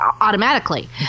automatically